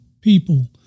people